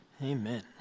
Amen